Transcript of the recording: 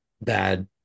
bad